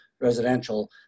residential